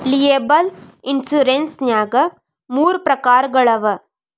liable insurance ನ್ಯಾಗ್ ಮೂರ ಪ್ರಕಾರಗಳವ